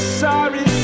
sorry